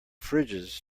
fridges